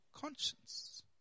conscience